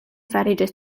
fariĝas